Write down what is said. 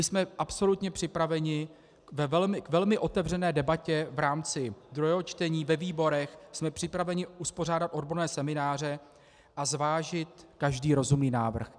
Jsme absolutně připraveni ve velmi otevřené debatě v rámci druhého čtení ve výborech, jsme připraveni pořádat odborné semináře a zvážit každý rozumný návrh.